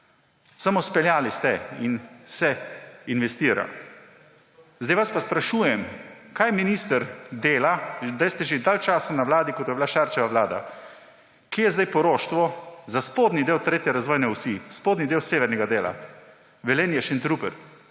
samo speljali ste in se investira. Sedaj vas pa sprašujem, kaj minister dela, sedaj ste že dlje časa na vladi, kot je bila Šarčeva vlada, kje je sedaj poroštvo za spodnji del tretje razvojne osi, spodnji del severnega dela Velenje−Šentrupert.